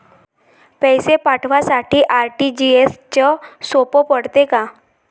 पैसे पाठवासाठी आर.टी.जी.एसचं सोप पडते का?